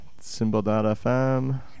symbol.fm